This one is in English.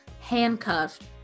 handcuffed